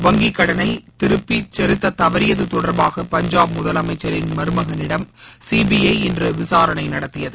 வங்கி கடனை திருப்பி செலத்தாதது தொடர்பாக பஞ்சாப் முதலமைச்சரின் மருமகனிடம் சிபிஐ இன்று விசாரணை நடத்தியது